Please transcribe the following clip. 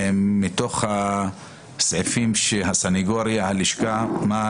מתוך הסעיפים שהעלתה הסניגוריה ולשכת עורכי הדין,